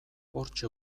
hortxe